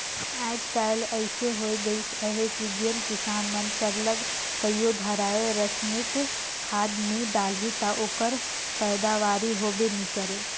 आएज काएल अइसे होए गइस अहे कि जेन किसान मन सरलग कइयो धाएर रसइनिक खाद नी डालहीं ता ओकर पएदावारी होबे नी करे